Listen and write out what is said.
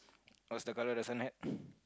what is the colour of the sun hat